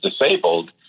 disabled